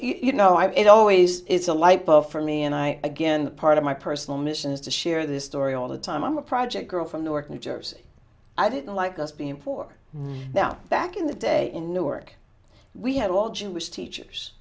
you know i it always is a light bulb for me and i again part of my personal mission is to share this story all the time i'm a project girl from newark new jersey i didn't like us being poor now back in the day in newark we had all jewish teachers